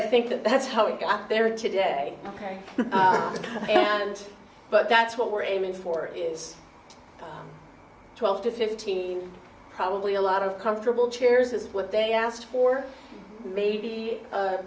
i think that's how it got there today and but that's what we're aiming for is twelve to fifteen probably a lot of comfortable chairs is what they asked for maybe a